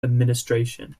administration